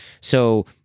So-